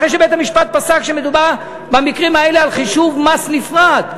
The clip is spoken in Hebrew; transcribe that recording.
אחרי שבית-המשפט פסק שמדובר במקרים האלה על חישוב מס נפרד,